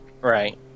Right